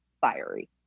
fiery